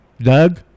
Doug